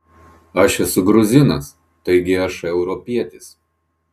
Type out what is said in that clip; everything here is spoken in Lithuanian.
aš esu gruzinas taigi aš europietis